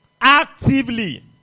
actively